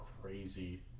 crazy